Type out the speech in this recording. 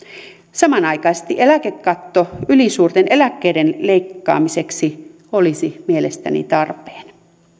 samanaikaisesti eläkekatto ylisuurten eläkkeiden leikkaamiseksi olisi mielestäni tarpeen